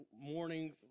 morning